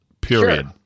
period